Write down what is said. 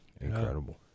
incredible